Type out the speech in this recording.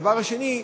דבר שני,